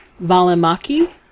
Valimaki